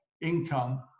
income